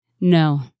No